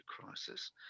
crisis